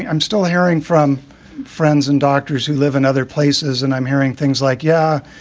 i'm still hearing from friends and doctors who live in other places. and i'm hearing things like, yeah,